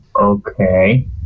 Okay